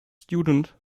student